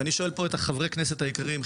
ואני שואל פה גם את חברי הכנסת היקרים.